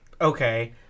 okay